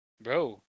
Bro